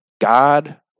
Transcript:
God